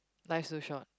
life's too short